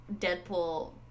Deadpool